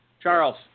Charles